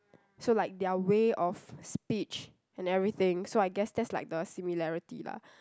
so like their way of speech and everything so I guess that's like the similarity lah